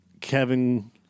Kevin